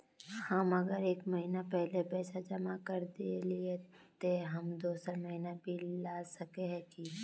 हम अगर एक महीना पहले पैसा जमा कर देलिये ते हम दोसर महीना बिल ला सके है की?